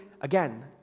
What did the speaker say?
again